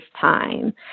time